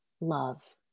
love